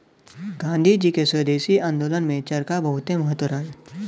गांधी जी के स्वदेशी आन्दोलन में चरखा बहुते महत्व रहल